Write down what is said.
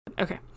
Okay